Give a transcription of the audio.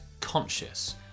conscious